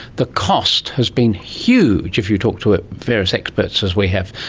the cost has been huge if you talk to various experts, as we have,